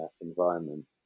environment